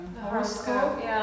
horoscope